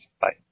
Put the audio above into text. Bye